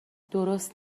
درست